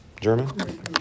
German